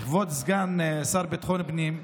כבוד סגן השר לביטחון פנים,